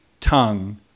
tongue